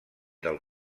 del